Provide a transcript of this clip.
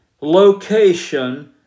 location